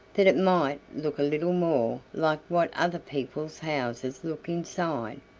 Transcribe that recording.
that it might look a little more like what other people's houses looked inside.